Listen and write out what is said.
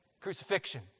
crucifixion